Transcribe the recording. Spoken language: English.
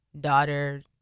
daughter